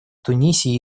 тунисе